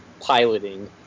piloting